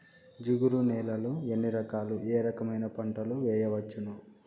జిగురు నేలలు ఎన్ని రకాలు ఏ రకమైన పంటలు వేయవచ్చును?